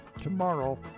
tomorrow